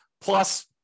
Plus